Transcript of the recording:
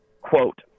Quote